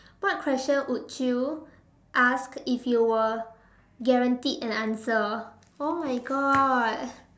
what question would you ask if you were guaranteed an answer oh my god